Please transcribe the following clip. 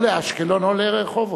או לאשקלון או לרחובות.